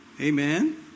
amen